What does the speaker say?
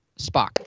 Spock